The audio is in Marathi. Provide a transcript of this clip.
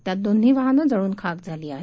त्यात दोन्ही वाहनं जळून खाक झाली आहेत